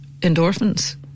endorphins